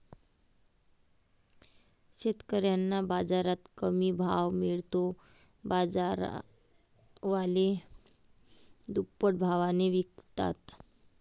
शेतकऱ्यांना बाजारात कमी भाव मिळतो, बाजारवाले दुप्पट भावाने विकतात